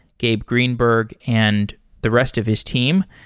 gabe greenberg, and the rest of his team.